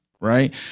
right